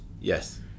Yes